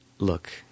look